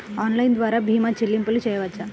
Online ద్వార భీమా చెల్లింపులు చేయవచ్చా?